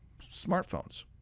smartphones